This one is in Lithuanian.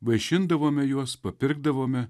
vaišindavome juos papirkdavome